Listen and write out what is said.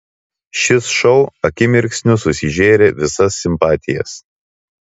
šis šou akimirksniu susižėrė visas simpatijas